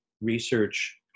research